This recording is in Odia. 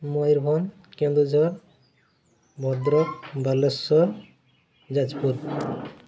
ମୟୂରଭଞ୍ଜ କେନ୍ଦୁଝର ଭଦ୍ରକ ବାଲେଶ୍ୱର ଯାଜପୁର